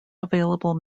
available